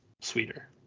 sweeter